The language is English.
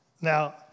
Now